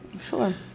Sure